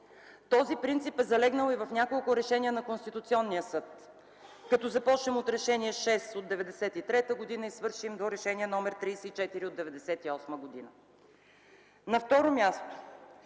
Този принцип е залегнал и в няколко решения на Конституционния съд: като започнем от Решение № 6 от 1993 г. и свършим до Решение № 34 от 1998 г. На второ място